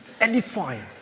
edifying